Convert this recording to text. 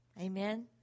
Amen